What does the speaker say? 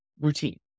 routine